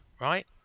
right